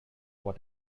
what